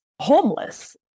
homeless